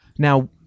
Now